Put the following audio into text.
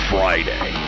Friday